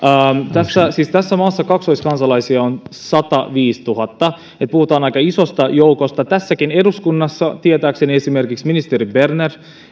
siis tässä maassa kaksoiskansalaisia on sataviisituhatta niin että puhutaan aika isosta joukosta tässäkin eduskunnassa tietääkseni esimerkiksi ministeri berner